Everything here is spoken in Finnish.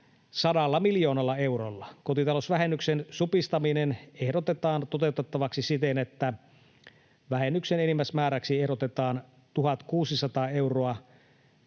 100 miljoonalla eurolla. Kotitalousvähennyksen supistaminen ehdotetaan toteutettavaksi siten, että vähennyksen enimmäismääräksi ehdotetaan 1 600 euroa,